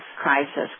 crisis